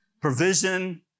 provision